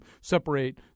separate